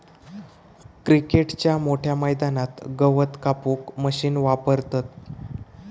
क्रिकेटच्या मोठ्या मैदानात गवत कापूक मशीन वापरतत